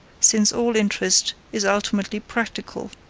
since all interest is ultimately practical,